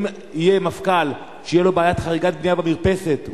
אם יהיה מפכ"ל שתהיה לו בעיית חריגת בנייה במרפסת,